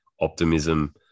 optimism